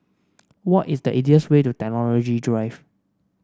what is the easiest way to Technology Drive